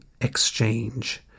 exchange